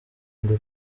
ndi